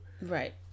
Right